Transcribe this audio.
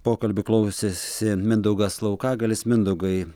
pokalbių klausėsi mindaugas laukagalis mindaugai